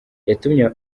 yatumye